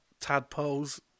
tadpoles